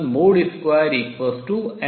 Cnn 1